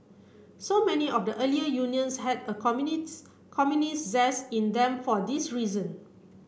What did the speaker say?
so many of the earlier unions had a communists communists zest in them for this reason